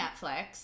Netflix